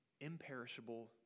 imperishable